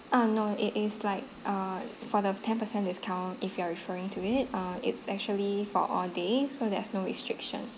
ah no it is like uh for the ten percent discount if you are referring to it uh it's actually for all day so there's no restriction